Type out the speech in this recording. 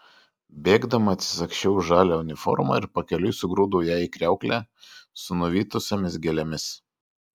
bėgdama atsisagsčiau žalią uniformą ir pakeliui sugrūdau ją į kriauklę su nuvytusiomis gėlėmis